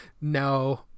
no